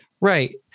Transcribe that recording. right